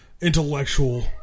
intellectual